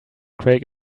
craig